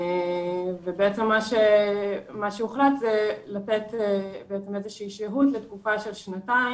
ובעצם מה שהוחלט זה לתת איזו שהיא שהות לתקופה של שנתיים,